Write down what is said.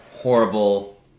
Horrible